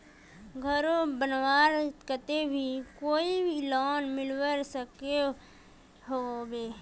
घोर बनवार केते भी कोई लोन मिलवा सकोहो होबे?